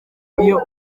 iyo